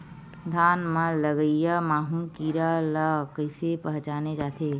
धान म लगईया माहु कीरा ल कइसे पहचाने जाथे?